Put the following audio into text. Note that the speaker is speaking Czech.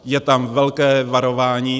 Je tam velké varování.